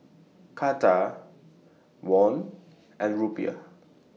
Taka Won and Rupiah